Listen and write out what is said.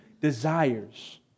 desires